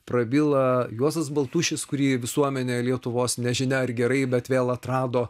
prabyla juozas baltušis kurį visuomenė lietuvos nežinia ar gerai bet vėl atrado